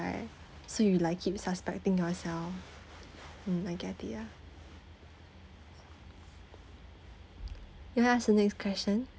so you like keep suspecting yourself mm I get it ah can I ask the next question